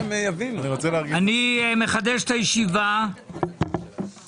אני מחדש את ישיבת ועדת הכספים.